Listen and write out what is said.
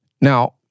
Now